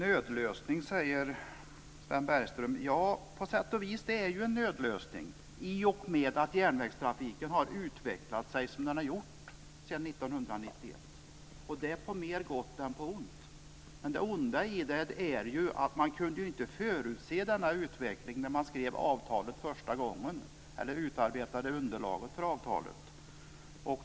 Fru talman! Sven Bergström talade om nödlösning. På sätt och vis är det en nödlösning i och med att tågtrafiken har utvecklats på det sätt som den har gjort sedan 1991. Den utvecklingen är mer på gott än på ont, men det onda i saken är att man inte kunde förutse den här utvecklingen när man skrev avtalet första gången eller utarbetade underlaget till avtalet.